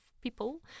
people